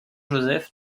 joseph